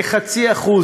כ-0.5%.